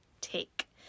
take